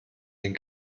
den